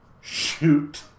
shoot